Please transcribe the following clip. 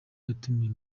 yatumiye